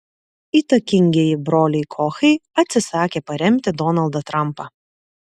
įtakingieji broliai kochai atsisakė paremti donaldą trumpą